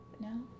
No